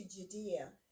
Judea